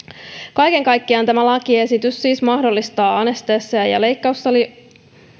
kaiken kaikkiaan tämä lakiesitys siis mahdollistaa anestesiaa ja